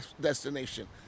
destination